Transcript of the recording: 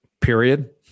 Period